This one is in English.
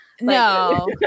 No